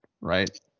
right